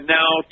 now